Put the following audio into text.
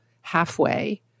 halfway